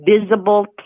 visible